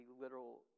literal